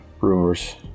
rumors